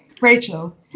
Rachel